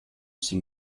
sing